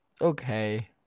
okay